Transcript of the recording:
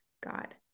God